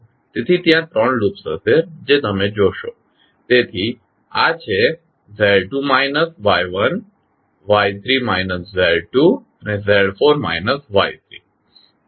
તેથી ત્યાં ત્રણ લૂપ્સ હશે જે તમે જોશો તેથી આ છે Z2 minus Y1 Y3 minus Z2 અને Z4 માઇનસ Y3